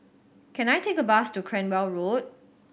can I take a bus to Cranwell Road